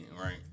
right